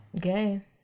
gay